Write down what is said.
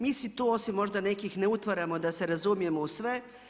Mi si tu osim možda nekih ne utvaramo da se razumijemo u sve.